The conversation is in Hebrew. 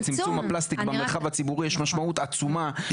לצמצום הפלסטיק במרחב הציבורי יש משמעות עצומה.